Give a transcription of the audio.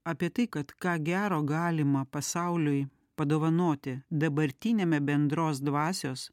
apie tai kad ką gero galima pasauliui padovanoti dabartiniame bendros dvasios